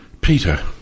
Peter